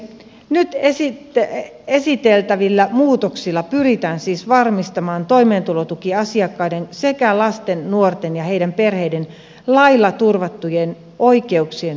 nyt esiteltävillä muutoksilla pyritään siis varmistamaan toimeentulotukiasiakkaiden sekä lasten nuorten ja heidän perheidensä lailla turvattujen oikeuksien toteutuminen